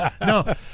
No